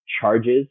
charges